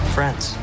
Friends